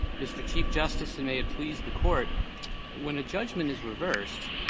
mr. chief justice, and may it please the court when a judgment is reversed,